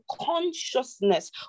consciousness